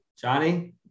Johnny